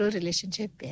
relationship